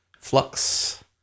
Flux